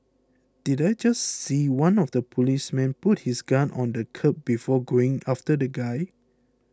did I just see one of the policemen put his gun on the curb before going after the guy